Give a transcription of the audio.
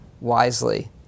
wisely